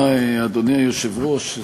אדוני היושב-ראש,